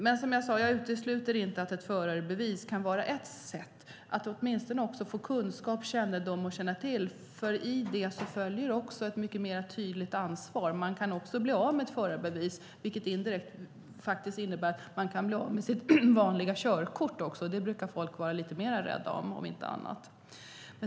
Men som sagt utesluter jag inte att ett förarbevis kan vara ett sätt att se till att det finns kunskap, och med det följer också ett mycket tydligare ansvar. Man kan dessutom bli av med ett förarbevis, vilket indirekt innebär att man även kan bli av med sitt vanliga körkort, och det brukar folk vara lite mer rädda om, om inte annat.